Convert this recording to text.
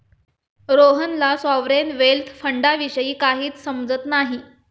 रोहनला sovereign wealth फंडाविषयी काहीच समजत नाही